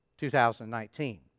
2019